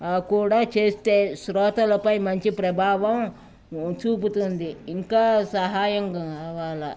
కూడా చేస్తే శ్రోతలపై మంచి ప్రభావం చూపుతుంది ఇంకా సహాయం కావాల